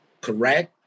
correct